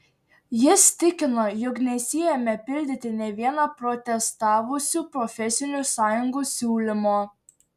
jis tikino jog nesiėmė pildyti nė vieno protestavusių profesinių sąjungų siūlymo